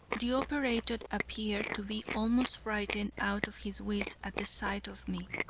the operator appeared to be almost frightened out of his wits at the sight of me,